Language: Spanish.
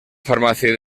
farmacia